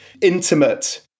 intimate